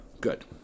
Good